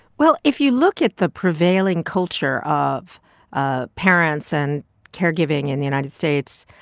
well, if you look at the prevailing culture of ah parents and caregiving in the united states,